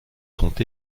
sont